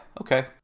okay